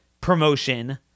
promotion